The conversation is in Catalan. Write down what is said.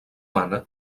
humana